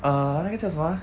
err 那个叫什么啊